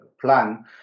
plan